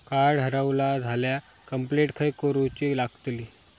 Card हरवला झाल्या complaint खय करूची लागतली?